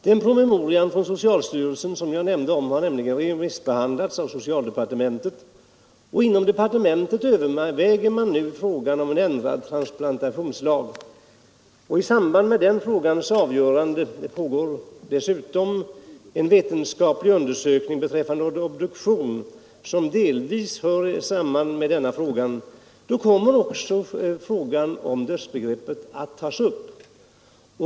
Den promemoria från socialstyrelsen som jag nämnde har remissbehandlats av socialdepartementet, och inom departementet överväger man nu frågan om en ändrad transplantationslag; i samband med den frågans avgörande pågår dessutom en vetenskaplig undersökning beträffande obduktion som delvis hör samman med denna fråga. Då kommer också frågan om dödsbegreppet att tas upp.